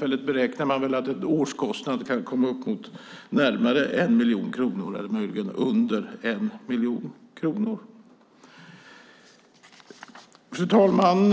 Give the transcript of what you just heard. Man beräknar att årskostnaden kan komma upp till närmare 1 miljon kronor eller möjligen under 1 miljon kronor. Fru talman!